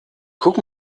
guck